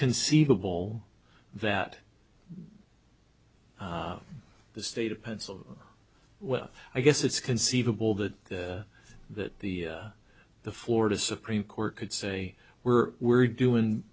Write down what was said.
conceivable that the state of pencil well i guess it's conceivable that that the the florida supreme court could say we're we're doing